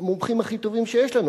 מומחים הכי טובים שיש לנו,